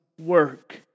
work